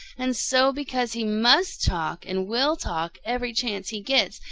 and so, because he must talk and will talk every chance he gets,